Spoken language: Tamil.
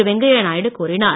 வெங்கையா நாயுடு கூறினார்